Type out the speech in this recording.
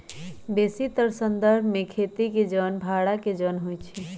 बेशीतर संदर्भ में खेती के जन भड़ा के जन होइ छइ